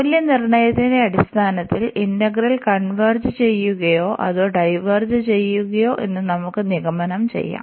മൂല്യനിർണ്ണയത്തിന്റെ അടിസ്ഥാനത്തിൽ integral converge ചെയ്യുകയോ അതോ ഡൈവേർജ് ചെയ്യുകയോ എന്ന് നമുക്ക് നിഗമനം ചെയ്യാം